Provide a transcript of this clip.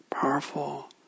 powerful